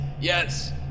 Yes